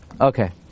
Okay